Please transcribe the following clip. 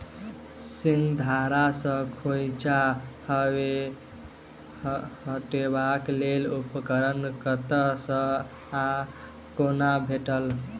सिंघाड़ा सऽ खोइंचा हटेबाक लेल उपकरण कतह सऽ आ कोना भेटत?